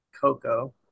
Coco